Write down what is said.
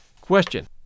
Question